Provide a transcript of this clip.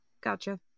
gotcha